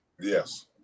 Yes